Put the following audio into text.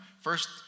First